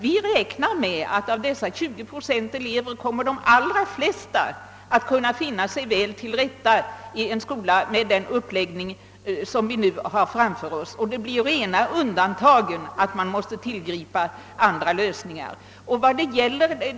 Vi räknar med att av dessa 20 procent elever de allra flesta kommer att kunna finna sig väl till rätta i en skola med den uppläggning som vi nu har framför oss. Det blir rena undantag att man måste tillgripa andra lösningar.